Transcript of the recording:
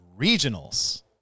Regionals